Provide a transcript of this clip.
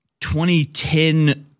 2010